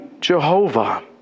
Jehovah